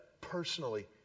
personally